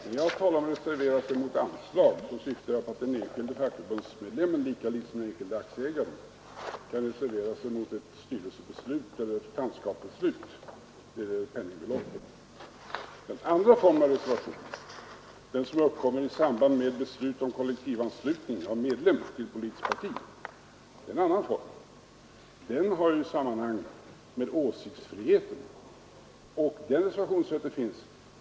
Det jag talade om var reservation mot anslag, och då syftade jag på att den enskilde fackförbundsmedlemmen lika litet som den enskilde aktieägaren kan reservera sig mot ett styrelsebeslut eller ett representantskapsbeslut när det gäller penningbeloppet. Den andra formen av reservation, den som uppkommer i samband med beslut om kollektivanslutning av medlem till politiskt parti, sammanhänger med åsiktsfriheten. Den reservationsrätten finns.